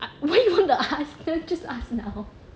when you want to ask her just ask now